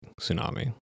tsunami